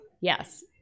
Yes